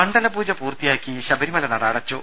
മണ്ഡലപൂജ പൂർത്തിയാക്കി ശബരിമല നട അടച്ചു